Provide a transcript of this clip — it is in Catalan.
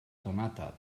tomata